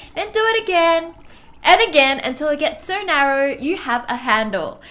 and do it again and again until it gets so narrow you have a handle.